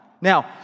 Now